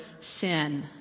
sin